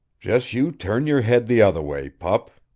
jes' you turn your head the other way, pup!